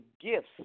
gifts